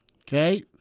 Okay